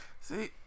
See